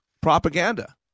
propaganda